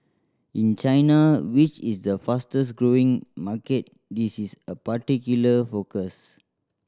in China which is the fastest growing market this is a particular focus